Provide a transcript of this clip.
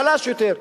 חלש יותר,